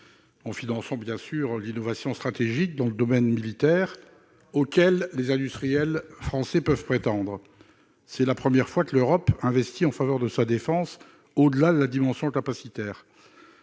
en finançant l'innovation stratégique dans le domaine militaire à laquelle les industriels français peuvent prétendre. C'est la première fois que l'Europe investit en faveur de sa défense au-delà de la dimension capacitaire.